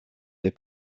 des